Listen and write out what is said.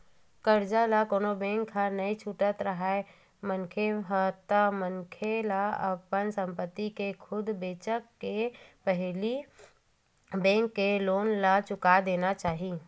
करजा ल कोनो बेंक के नइ छुटत राहय मनखे ह ता मनखे ला अपन संपत्ति ल खुद बेंचके के पहिली बेंक के लोन ला चुका देना चाही